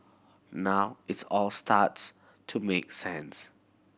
now its all starts to make sense